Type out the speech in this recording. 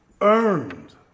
earned